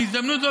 בהזדמנות זו,